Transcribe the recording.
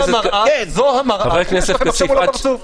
זאת המראה שיש לכם עכשיו מול הפרצוף.